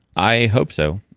i hope so,